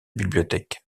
bibliothèque